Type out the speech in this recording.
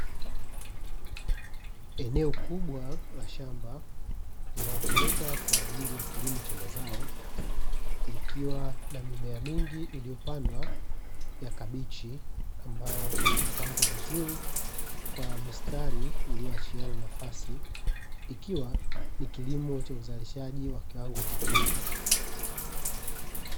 Eneo kubwa la shamba linalotumika kwa ajili ya kilimo cha mazao, likiwa na mimea mingi iliyopandwa ya kabichi ambayo imepangwa vizuri, kwa mistari iliyoachiana nafasi ikiwa ni kilimo cha uzalishaji cha kiwango kikubwa.